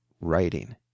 writing